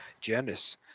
genus